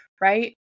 right